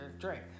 drink